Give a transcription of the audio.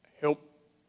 help